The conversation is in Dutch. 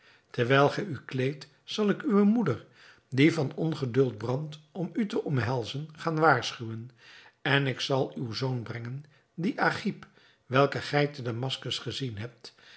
terwijl gij u kleedt zal ik uwe moeder die van ongeduld brandt om u te omhelzen gaan waarschuwen en ik zal u uw zoon brengen dien agib welken gij te damaskus gezien hebt